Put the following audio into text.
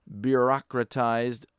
bureaucratized